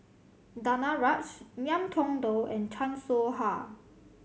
Danaraj Ngiam Tong Dow and Chan Soh Ha